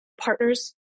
partners